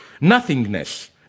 Nothingness